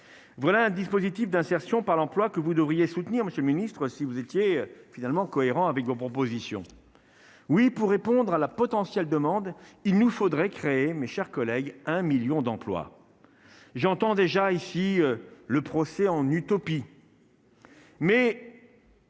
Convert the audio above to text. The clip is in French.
voilà un dispositif d'insertion par l'emploi que vous devriez soutenir monsieur le ministre, si vous étiez finalement cohérent avec vos propositions, oui, pour répondre à la potentielle demande il nous faudrait créer mes chers collègues, un 1000000 d'emplois, j'entends déjà ici le procès en utopie.